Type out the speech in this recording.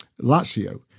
Lazio